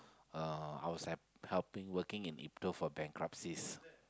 uh I was like helping working in Ipto for bankruptcies